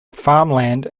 farmland